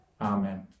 Amen